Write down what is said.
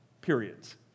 periods